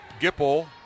Gipple